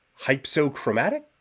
hypsochromatic